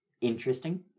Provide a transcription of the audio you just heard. interesting